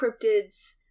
cryptids